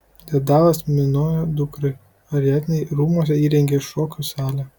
dedalas minojo dukrai ariadnei rūmuose įrengė šokių salę